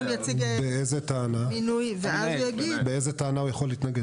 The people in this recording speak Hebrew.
באיזו טענה הוא יכול להתנגד?